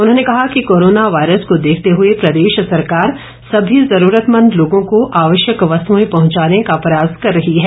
उन्होंने कहा ँ कि कोरोना वायरस को देखते हुए प्रदेश सरकार सभी जरूरतमंद लोगों को आवश्यक वस्तुएं पहुंचाने का प्रयास कर रही है